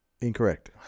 Incorrect